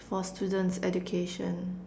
for students education